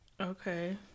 Okay